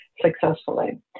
successfully